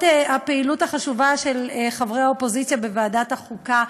הפעילות החשובה של חברי אופוזיציה בוועדת החוקה,